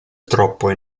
troppo